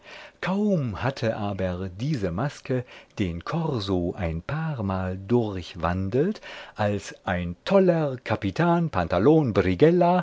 kaum hatte aber diese maske den korso ein paar mal durchwandelt als ein toller